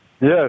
Yes